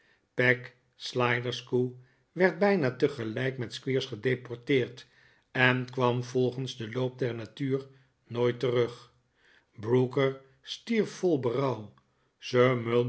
peg sliderskew werd bijna tegelijk met squeers gedeporteerd en kwam volgens den loop der natuur nooit terug brooker stierf vol